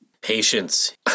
Patience